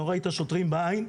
לא ראית את השוטרים בעין,